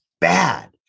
bad